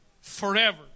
forever